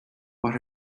what